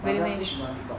but dell say she got this dog